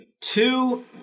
two